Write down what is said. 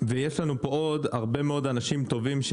מיכל ועוד הרבה אנשים טובים.